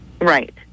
Right